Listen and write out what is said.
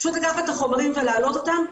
פשוט לקחת את החומרים ולהעלות אותם.